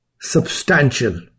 substantial